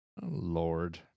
Lord